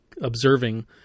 observing